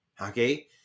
okay